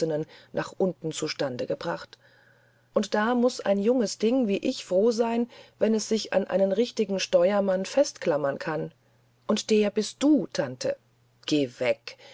nach unten zustandegebracht und da muß ein junges ding wie ich froh sein wenn es sich an einen richtigen steuermann festklammern kann und der bist du tante geh weg